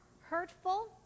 hurtful